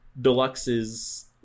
deluxe's